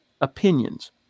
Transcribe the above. Opinions